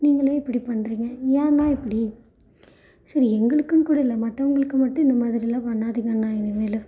நீங்களே இப்படி பண்ணுறீங்க ஏண்ணா இப்படி சரி எங்களுக்குன்னு கூட இல்லை மற்றவங்களுக்கு மட்டும் இந்த மாதிரிலாம் பண்ணாதீங்க அண்ணா இனிமேல்